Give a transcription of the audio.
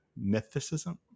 mythicism